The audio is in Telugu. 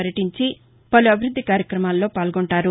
పర్యటించి పలు అభివృద్ది కార్యక్రమాల్లో పాల్గొంటారు